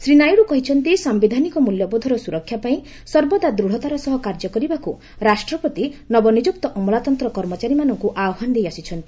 ଶ୍ରୀ ନାଇଡୁ କହିଛନ୍ତି ସାୟିଧାନିକ ମୂଲ୍ୟବୋଧର ସୁରକ୍ଷା ପାଇଁ ସର୍ବଦା ଦୂଢ଼ତାର ସହ କାର୍ଯ୍ୟ କରିବାକୁ ରାଷ୍ଟ୍ରପତି ନବନିଯୁକ୍ତ ଅମଲାତନ୍ତ୍ର କର୍ମଚାରୀମାନଙ୍କୁ ଆହ୍ପାନ ଦେଇଆସିଛନ୍ତି